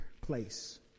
place